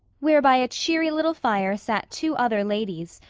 where by a cheery little fire sat two other ladies,